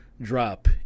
drop